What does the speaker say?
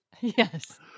Yes